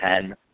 Ten